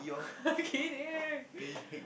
I'm kidding